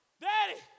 Daddy